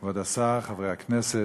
כבוד השר, חברי הכנסת,